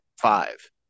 five